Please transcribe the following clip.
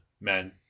men